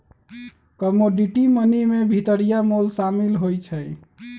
commodity money में भितरिया मोल सामिल होइ छइ